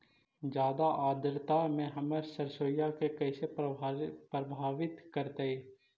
जादा आद्रता में हमर सरसोईय के कैसे प्रभावित करतई?